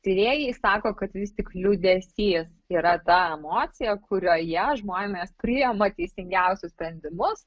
tyrėjai sako kad vis tik liūdesys yra ta emocija kurioje žmonės priima teisingiausius sprendimus